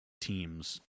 teams